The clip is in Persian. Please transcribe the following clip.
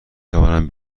توانم